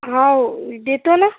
हाव देतो ना